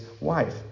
wife